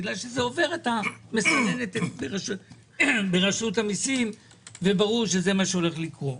כי זה עובר את המסננת ברשות המיסים וברור שזה מה שהולך לקרות.